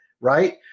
right